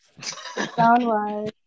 sound-wise